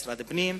משרד הפנים,